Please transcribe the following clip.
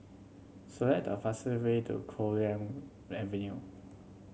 select the fastest way to Copeland Avenue